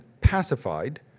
pacified